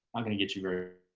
i'm going to get you very